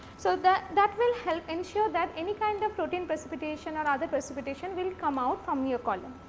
so, that that will help ensure that any kind of protein precipitation or other precipitation will come out from your column